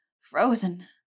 frozen